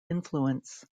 influence